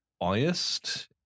biased